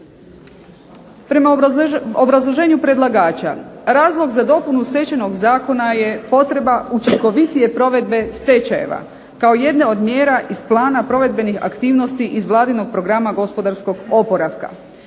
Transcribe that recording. Prema obrazloženju predlagača razlog za dopunu Stečajnog zakona je potreba učinkovitije provedbe stečajeva kao jedne od mjera iz plana provedbenih aktivnosti iz Vladinog programa gospodarskog oporavka.